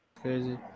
Crazy